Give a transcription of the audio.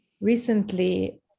recently